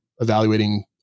evaluating